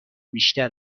بیشتر